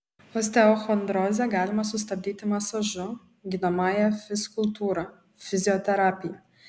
osteochondrozę galima sustabdyti masažu gydomąja fizkultūra fizioterapija